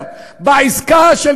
ראשת האופוזיציה,